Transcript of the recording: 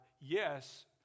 yes